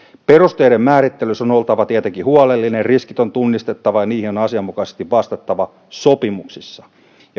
perusteiden määrittelyssä on oltava tietenkin huolellinen riskit on tunnistettava ja niihin on asianmukaisesti vastattava sopimuksissa